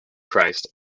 christ